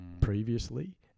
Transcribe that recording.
previously